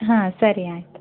ಹಾಂ ಸರಿ ಆಯಿತು